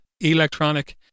electronic